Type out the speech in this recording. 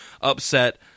upset